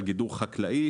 על גידור חקלאי,